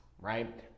right